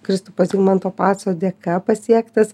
kristupo zigmanto paco dėka pasiektas